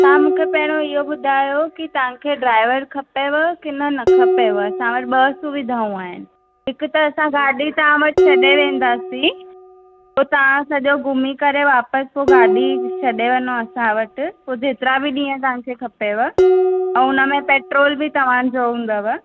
तव्हां मूंखे पहिरों इहो ॿुधायो कि तव्हांखे ड्राईवर खपेव कि न न खपेव असां वटि ॿ सुविधाऊं आहिनि हिक त असां गाॾी तव्हां वटि छॾे वेंदासीं पोइ तव्हां सॼो घुमी करे वापसि पोइ गाॾी छॾे वञो असां वटि पोइ जेतिरा बि ॾींहुं तव्हांखे खपेव ऐं हुनमें पेट्रोल बि तव्हांजो हूंदव